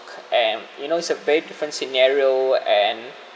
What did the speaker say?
and you know it's a very different scenario and